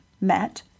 met